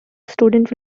student